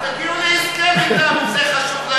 אז תגיעו להסכם אתם, אם זה חשוב להם.